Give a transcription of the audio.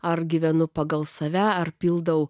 ar gyvenu pagal save ar pildau